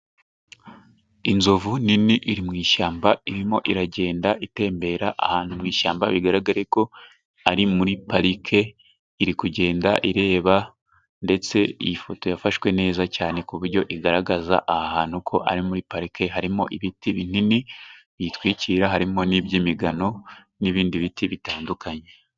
Inzovu nini iri mu ishyamba irimo iragenda itembera ahantu mu ishyamba bigaragare ko iri muri parike. Iri kugenda ireba, ndetse iyi foto yafashwe neza cyane ku buryo igaragaza aha ahantutu ko ari muri parike. Harimo ibiti binini biyitwikira, harimo n'iby'imigano n'ibindi biti bitandukanye.